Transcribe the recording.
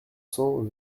cents